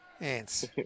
Ants